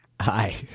Hi